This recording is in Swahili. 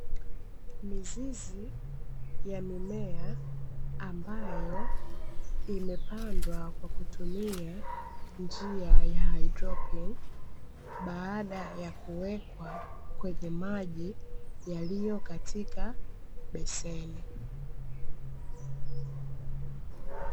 Mizizi ya mimea ambayo imepandwa kwa kutumia njia ya haidroponi baada ya kuwekwa kwenye maji yaliyo katika beseni.